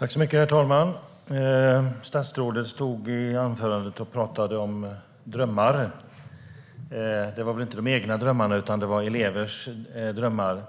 Herr talman! I sitt anförande stod statsrådet och pratade om drömmar, inte de egna drömmarna utan elevers drömmar.